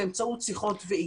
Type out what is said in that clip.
אפשר לחולל פשיעה.